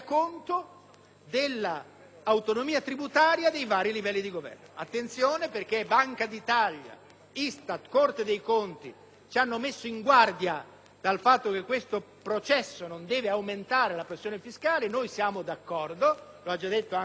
dell'autonomia tributaria dei vari livelli di governo. Occorre fare attenzione perché Banca d'Italia, ISTAT e Corte dei conti ci hanno messo in guardia rispetto al fatto che questo processo non deve aumentare la pressione fiscale. Noi siamo d'accordo, come ha già detto il relatore